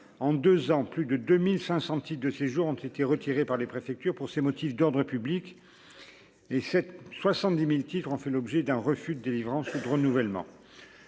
en 2 ans, plus de 2500 titres de séjour ont été retirés par les préfectures pour ces motifs d'ordre public et 7 70000 titres en fait l'objet d'un refus de délivrance ou de renouvellement